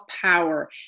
power